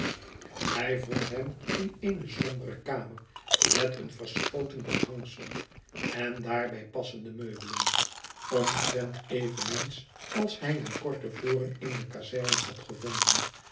hij vond hem in eene sombere kamer met een verschoten behangsel en daarbij passende meubelen omtrent eveneens als hij hem kort te voren in de kazerne had gevonden